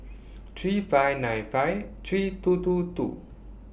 three five nine five three two two two